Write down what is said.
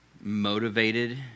motivated